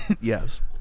Yes